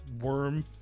worm